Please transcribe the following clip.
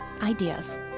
Ideas